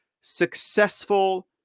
successful